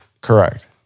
Correct